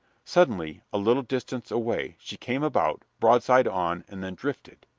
suddenly, a little distance away, she came about, broadside on, and then drifted.